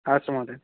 अस्तु महोदय